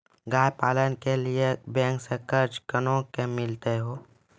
गाय पालन के लिए बैंक से कर्ज कोना के मिलते यो?